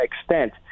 extent